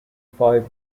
five